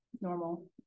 normal